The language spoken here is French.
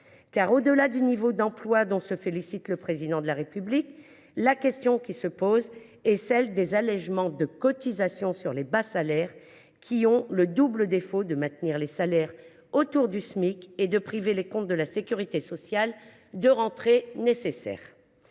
Au delà du niveau d’emploi dont se félicite le Président de la République, la question qui se pose est celle des allégements de cotisations sur les bas salaires qui ont le double défaut de maintenir les salaires autour du Smic et de priver les comptes de la sécurité sociale de rentrées nécessaires.